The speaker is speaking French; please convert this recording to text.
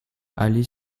aller